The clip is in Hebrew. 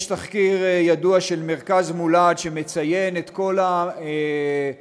יש תחקיר ידוע של מרכז "מולד" שמציין את כל המקרים,